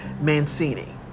Mancini